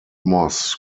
moss